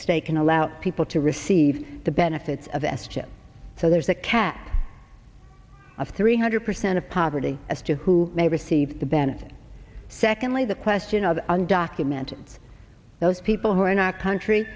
can allow people to receive the benefits of s chip so there's that cap of three hundred percent of poverty as to who may receive the benefit secondly the question of undocumented those people who are in our country